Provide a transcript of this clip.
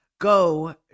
Go